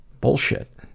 Bullshit